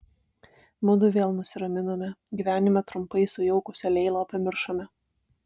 mudu vėl nusiraminome gyvenimą trumpai sujaukusią leilą pamiršome